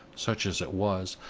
such as it was,